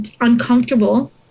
uncomfortable